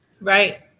right